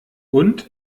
und